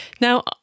Now